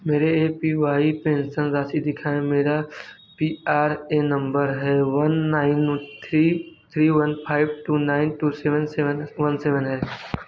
मेरी A P Y pension राशि दिखाएँ मेरा P R N number one nine three three one five two nine two seven seven one seven है